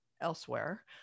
elsewhere